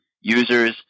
users